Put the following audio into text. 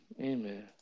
amen